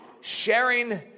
sharing